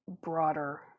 broader